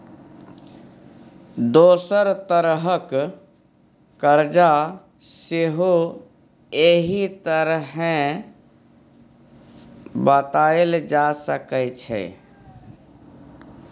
दोसर तरहक करजा सेहो एहि तरहें बताएल जा सकै छै